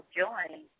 join